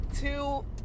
two